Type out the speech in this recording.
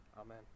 Amen